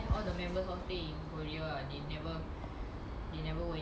oh then eh then like